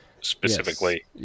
specifically